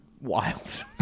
wild